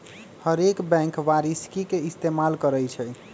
हरेक बैंक वारषिकी के इस्तेमाल करई छई